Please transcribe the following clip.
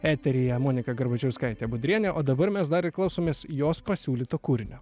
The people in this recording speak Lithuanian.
eteryje monika garbačiauskaitė budrienė o dabar mes dar klausomės jos pasiūlyto kūrinio